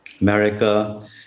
America